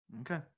Okay